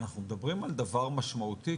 אנחנו מדברים על דבר משמעותי,